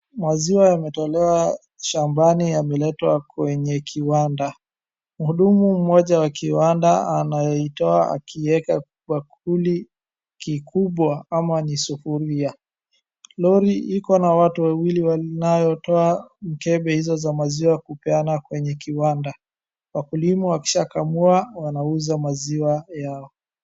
maziwa yametolewa shambani yameletwa kwenye kiwanda ,mhudumu mmoja mwenye kiwanda anaitoa na kuweka bakuli kikubwa ama ni sufuria lorry ikona watu wawili wanatoa mikebe hiyo ya maziwa na kupeana kwenye kiwanda ,wakulima wakishakamua wanauza maziwa yao